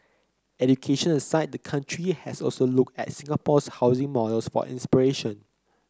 education aside the country has also looked at Singapore's housing models for inspiration